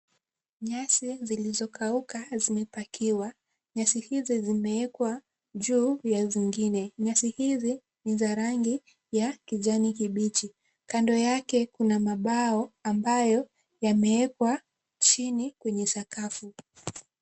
Nyasi zilizo kauka zimepakiwa nyasi hizi zimeekwa juu ya zingine . Nyasi hizi ni za rangi ya kijani kibichi kando yake Kuna mabao ambayo yameekwa chini kwenye sakafu.